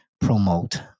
promote